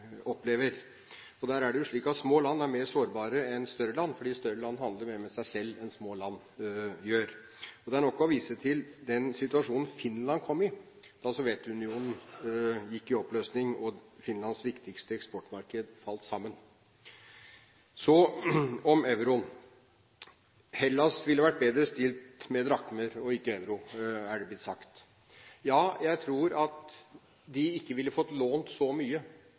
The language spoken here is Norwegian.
opplever. Det er slik at små land er mer sårbare enn større land, fordi større land handler mer med seg selv enn små land gjør. Det er nok å vise til den situasjonen Finland kom i da Sovjetunionen gikk i oppløsning, og Finlands viktigste eksportmarked falt sammen. Så til euroen. Hellas ville vært bedre stilt med drakmer enn med euro, er det blitt sagt. Ja, jeg tror ikke at de ville fått lånt så mye